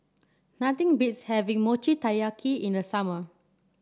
nothing beats having Mochi Taiyaki in the summer